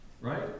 Right